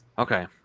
Okay